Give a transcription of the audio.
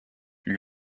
lui